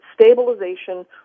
stabilization